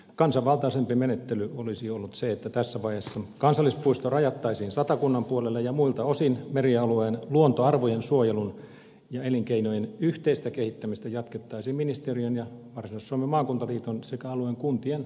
kansanvaltaisempi menettely olisi ollut se että tässä vaiheessa kansallispuisto rajattaisiin satakunnan puolelle ja muilta osin merialueen luontoarvojen suojelun ja elinkeinojen yhteistä kehittämistä jatkettaisiin ministeriön ja varsinais suomen maakuntaliiton sekä alueen kuntien yhteistyöllä